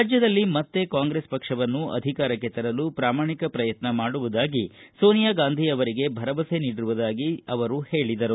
ರಾಜ್ಯದಲ್ಲಿ ಮತ್ತೆ ಕಾಂಗ್ರೆಸ್ ಪಕ್ಷವನ್ನು ಅಧಿಕಾರಕ್ಕೆ ತರಲು ಪ್ರಾಮಾಣಿಕ ಪ್ರಯತ್ನ ಮಾಡುವುದಾಗಿ ಸೋನಿಯಾ ಗಾಂಧಿಗೆ ಭರವಸೆ ನೀಡಿರುವುದಾಗಿ ಅವರು ಹೇಳಿದರು